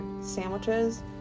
sandwiches